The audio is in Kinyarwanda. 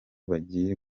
bagiye